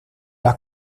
las